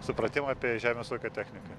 supratimą apie žemės ūkio techniką